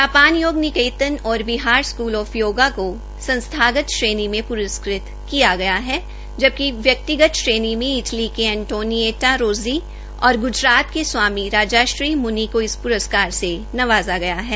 Japan Yog Niketan और Bihar school of yoga को संस्थागत श्रेणी में पुरस्कृत किया गया है जबकि व्यक्तिगत श्रेणी में इटली के एंटोनिऐटा रोज्जी और गुजरात के स्वामी राजार्षी मुनी को इस पुरस्कार से नवाजा गया है